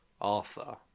Arthur